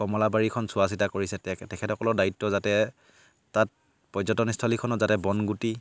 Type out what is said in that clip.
কমলাবাৰীখন চোৱা চিতা কৰিছে তে তেখেতসকলৰ দায়িত্ব যাতে তাত পৰ্যটনস্থলীখনত যাতে বনগুটি